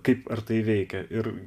kaip ar tai veikia ir